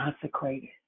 consecrated